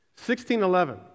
1611